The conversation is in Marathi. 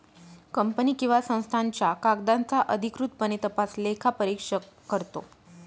कंपनी किंवा संस्थांच्या कागदांचा अधिकृतपणे तपास लेखापरीक्षक करतो